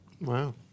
Wow